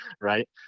right